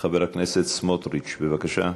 חבר הכנסת סמוטריץ, בבקשה.